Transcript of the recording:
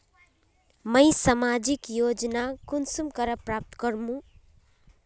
मुई सामाजिक योजना कुंसम करे प्राप्त करूम?